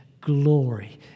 glory